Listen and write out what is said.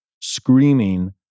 screaming